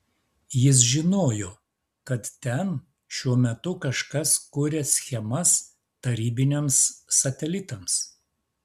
jis žinojo kad ten šiuo metu kažkas kuria schemas tarybiniams satelitams